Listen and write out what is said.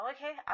Okay